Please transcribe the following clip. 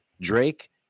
Drake